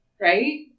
Right